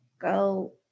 go